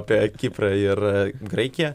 apie kiprą ir graikiją